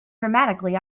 dramatically